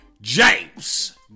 James